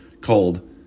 called